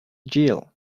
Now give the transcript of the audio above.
jill